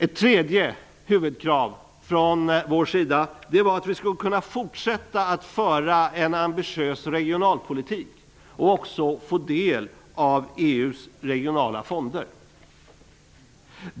Ett tredje huvudkrav från vår sida var att vi skulle kunna fortsätta att föra en ambitiös regionalpolitik och dessutom få del av EU:s regionala fonder.